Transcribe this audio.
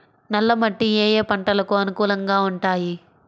నల్ల మట్టి ఏ ఏ పంటలకు అనుకూలంగా ఉంటాయి?